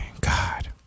God